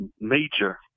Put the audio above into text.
major